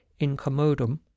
incommodum